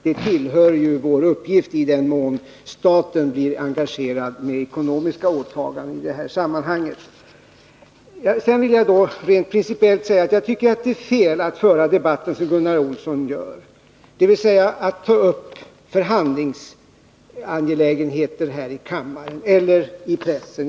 Det tillhör ju vår uppgift i den mån staten blir engagerad med ekonomiska åtaganden i detta sammanhang. Sedan vill jag rent principiellt säga att jag tycker att det är fel att föra debatten som Gunnar Olsson för den — dvs. att ta upp förhandlingsangelägenheter här i kammaren eller i pressen.